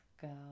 go